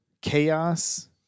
chaos